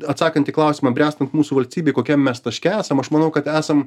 atsakant į klausimą bręstant mūsų valstybei kokiam mes taške esam aš manau kad esam